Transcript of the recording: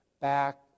back